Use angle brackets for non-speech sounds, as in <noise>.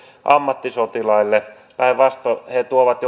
ammattisotilaiden rinnalla päinvastoin he tuovat <unintelligible>